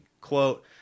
Quote